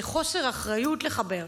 זה חוסר אחריות לחבר.